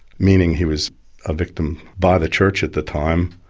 meaning he was a victim by the church at the time.